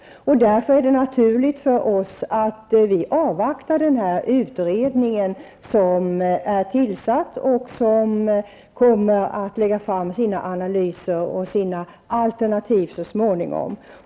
Det är därför naturligt för oss att avvakta den utredning som är tillsatt och som så småningom kommer att lägga fram sina analyser och sina alternativ.